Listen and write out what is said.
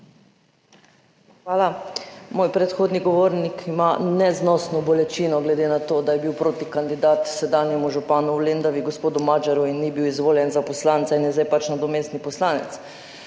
Hvala. Moj predhodni govornik ima neznosno bolečino glede na to, da je bil protikandidat sedanjemu županu v Lendavi, gospodu Magyarju, in ni bil izvoljen za poslanca in je zdaj pač nadomestni poslanec.